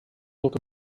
look